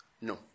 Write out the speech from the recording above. No